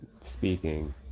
speaking